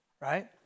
right